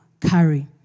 carry